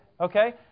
okay